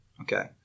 Okay